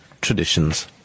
traditions